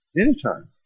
anytime